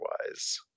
otherwise